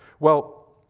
well,